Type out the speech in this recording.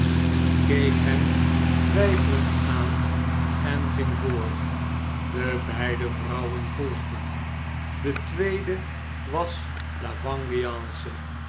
keek hem twjjfelend aan en ging voor de beide vrouwen volgden de tweede was la vengeance